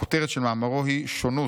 הכותרת של מאמרו היא "שונות,